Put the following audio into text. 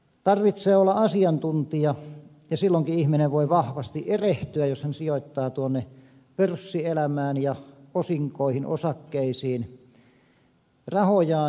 tarvitsee olla asiantuntija ja silloinkin ihminen voi vahvasti erehtyä jos hän sijoittaa tuonne pörssielämään ja osinkoihin osakkeisiin rahojaan